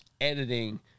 editing